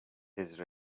his